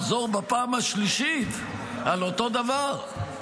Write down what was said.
לחזור בפעם השלישית על אותו דבר,